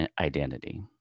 identity